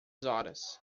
horas